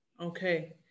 Okay